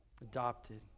adopted